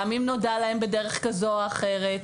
גם אם נודע להם בדרך כזו או אחרת,